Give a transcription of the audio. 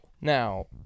Now